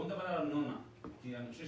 בואו נדבר על ארנונה כי אני חושב